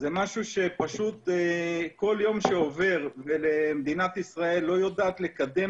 זה משהו שפשוט כל יום שעובר ומדינת ישראל לא יודעת לקדם